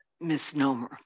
misnomer